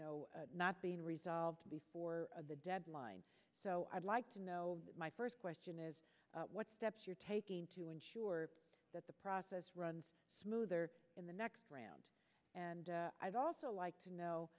know not being resolved before the deadline so i'd like to know my first question is what steps you're taking to ensure that the process runs smoother in the next round and i'd also like to know